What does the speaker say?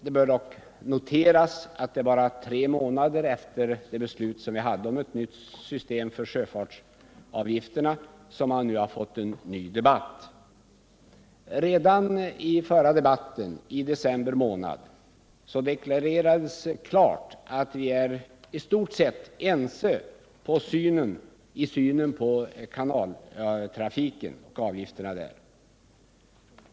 Det bör dock noteras att det har gått bara tre månader sedan riksdagen fattade beslut om ett nytt system för sjöfartsavgifterna men att vi redan har fått en ny debatt i frågan. I den debatt som föregick beslutet i december deklarerades klart att vi i stort sett är ense i synen på kanaltrafiken och avgifterna där.